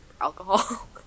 alcohol